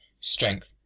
strength